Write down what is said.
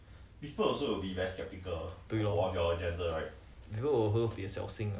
很恨复杂